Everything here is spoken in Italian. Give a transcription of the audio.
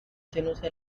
tenuti